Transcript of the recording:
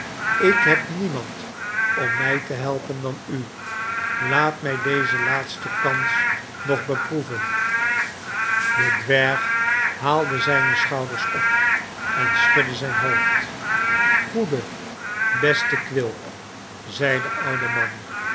ik heb niemand om mij te helpen dan u laat mij deze laatste kans nog beproeven de dwerg haalde zijne schouders op en schudde zijn hoofd goede beste quilp zeide de oude man